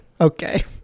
okay